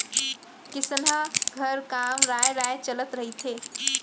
किसनहा घर काम राँय राँय चलत रहिथे